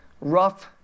rough